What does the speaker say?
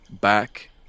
back